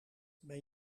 ben